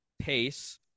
Pace